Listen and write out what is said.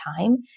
time